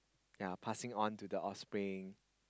ya passing on to the off spring